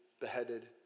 beheaded